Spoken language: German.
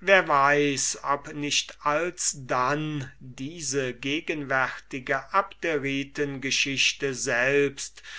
wer weiß ob nicht alsdann diese gegenwärtige abderitengeschichte selbst